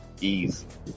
ease